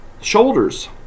shoulders